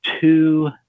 two